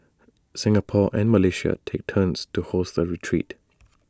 Singapore and Malaysia take turns to host the retreat